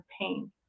pain